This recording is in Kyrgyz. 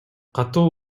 катуу